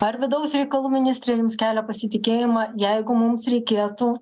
ar vidaus reikalų ministrė jums kelia pasitikėjimą jeigu mums reikėtų